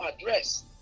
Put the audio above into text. address